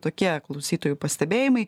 tokie klausytojų pastebėjimai